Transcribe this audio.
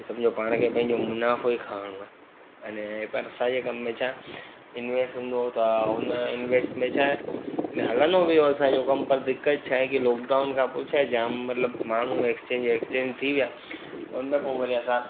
के सम्झो पाण खे पंहिंजो मुनाफ़ो ई खरिणो आहे अने परसा जे कम में छा इनवेस्ट हूंदो त हुन जो इनवेस्ट में छा आहे हलंदो बि हुयोसि असांजो कमु पर दिक़त छा आहे की लोकडाउन खां पोइ छा आहे जाम मतिलबु माण्हू एक्सचेंज एक्सचेंज थी विया उन खां पोइ वरी असां